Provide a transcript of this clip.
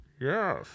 yes